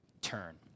turn